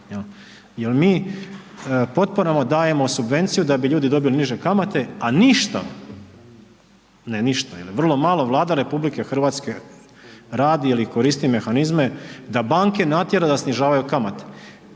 Jer mi potporama dajemo subvenciju da bi ljudi dobili niže kamate, a ništa, ne ništa ili vrlo malo Vlada RH radi ili koristi mehanizme da banke natjera da snižavaju kamate.